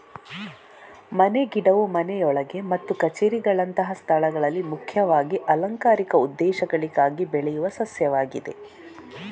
ಮನೆ ಗಿಡವು ಮನೆಯೊಳಗೆ ಮತ್ತು ಕಛೇರಿಗಳಂತಹ ಸ್ಥಳಗಳಲ್ಲಿ ಮುಖ್ಯವಾಗಿ ಅಲಂಕಾರಿಕ ಉದ್ದೇಶಗಳಿಗಾಗಿ ಬೆಳೆಯುವ ಸಸ್ಯವಾಗಿದೆ